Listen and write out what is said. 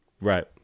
Right